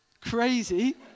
Crazy